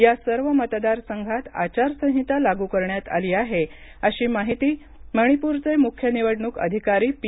या सर्व मतदारसंघात आचार संहिता लागू करण्यात आली आहे अशी माहिती मणिपूरचे म्ख्य निवडणूक अधिकारी पी